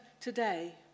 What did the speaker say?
today